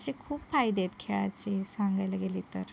असे खूप फायदे आहेत खेळाचे सांगायला गेले तर